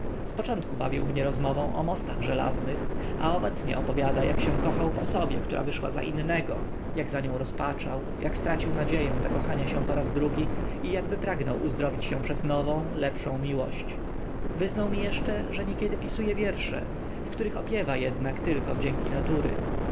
dni zpoczątku bawił mnie rozmową o mostach żelaznych a obecnie opowiada jak się kochał w osobie która wyszła za innego jak za nią rozpaczał jak stracił nadzieję zakochania się po raz drugi i jakby pragnął uzdrowić się przez nową lepszą miłość wyznał mi jeszcze że niekiedy pisuje wiersze w których jednak opiewa tylko wdzięki natury